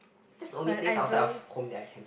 that's the only place outside of home that I can